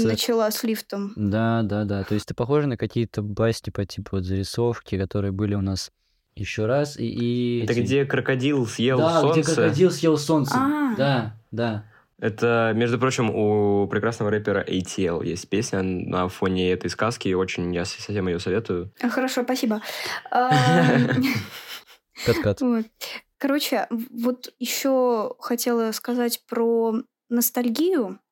Начала с лифтом. Да, да, да. То есть ты похожа на какие-то басни по типу вот зарисовки, которые были у нас ещё раз, и- и Это эти- где крокодил съел Да, где солнце? крокодил съел солнце. А. Да, да. Это, между прочим, у прекрасного рэпера ATL есть песня на фоне этой сказки, и очень я с- совсем её советую. Хорошо, спасибо. Ам, Кат-кат. вот. Короче, в- вот ещё хотела сказать про ностальгию.